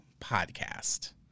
podcast